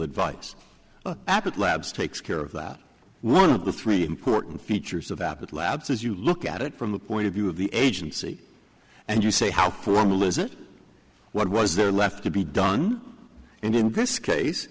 advice abbott labs takes care of that one of the three important features of abbott labs is you look at it from the point of view of the agency and you say how formulas it what was there left to be done and in this case